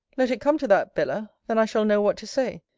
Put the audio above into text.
let it come to that, bella then i shall know what to say.